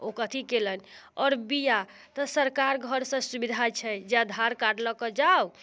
ओ कथी केलनि आओर बीया तऽ सरकार घरसँ सुविधा छै जे आधार कार्ड लऽ कऽ जाउ